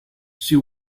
she